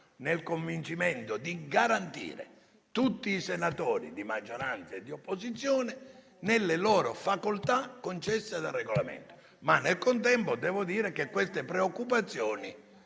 nel convincimento di garantire tutti i senatori di maggioranza e di opposizione nelle loro facoltà concesse dal Regolamento. Nel contempo devo dire che queste preoccupazioni